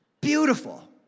beautiful